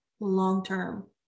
long-term